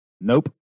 nope